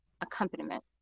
accompaniment